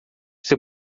você